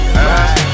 Right